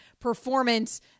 performance